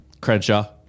Crenshaw